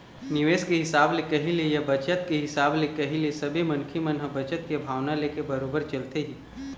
निवेश के हिसाब ले कही ले या बचत के हिसाब ले कही ले सबे मनखे मन ह बचत के भावना लेके बरोबर चलथे ही